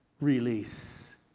release